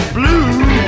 blue